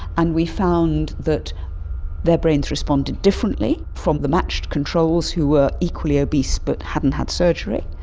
and we found that their brains responded differently from the matched controls who were equally obese but hadn't had surgery.